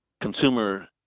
consumer